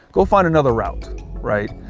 go find another route right,